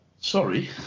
Sorry